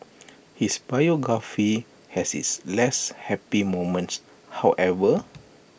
his biography has its less happy moments however